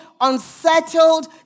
unsettled